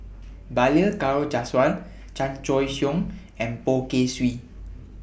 Balli Kaur Jaswal Chan Choy Siong and Poh Kay Swee